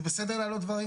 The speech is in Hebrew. זה בסדר להעלות דברים.